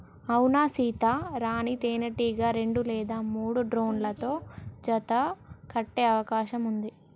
అవునా సీత, రాణీ తేనెటీగ రెండు లేదా మూడు డ్రోన్లతో జత కట్టె అవకాశం ఉంది